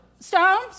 Stones